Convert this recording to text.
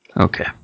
Okay